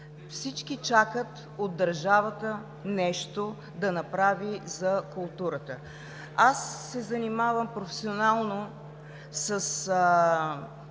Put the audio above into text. хора чакат от държавата нещо да направи за културата. Занимавам се професионално с